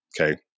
Okay